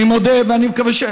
אני מודה ואני מקווה,